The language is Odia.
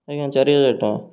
ଆଜ୍ଞା ଚାରି ହଜାର ଟଙ୍କା